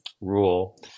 rule